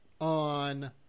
on